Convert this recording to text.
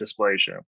dysplasia